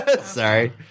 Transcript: Sorry